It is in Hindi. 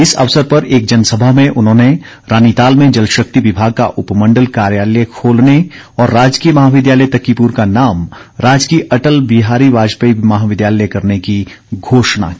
इस अवसर पर एक जनसभा में उन्होंने रानीताल में जल शक्ति विभाग का उपमंडल कार्यालय खोलने और राजकीय महाविद्यालय तक्कीपुर का नाम राजकीय अटल बिहारी वाजपेयी महाविद्यालय करने की घोषणा की